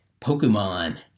Pokemon